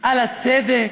על הצדק,